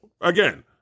again